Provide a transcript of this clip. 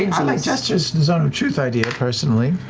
and sam i jester's zone of truth idea, personally.